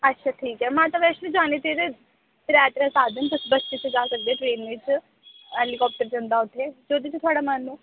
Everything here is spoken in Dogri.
अच्छा ठीक ऐ माता वैश्नो जान दे ते त्रै त्रै साधन न तुस बस्सै च जा सकदे ट्रेन बिच्च हैलिकोप्तर जंदा उत्थै